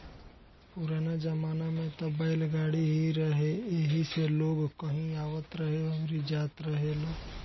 पुराना जमाना में त बैलगाड़ी ही रहे एही से लोग कहीं आवत रहे अउरी जात रहेलो